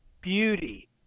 beauty